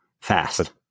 fast